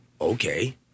okay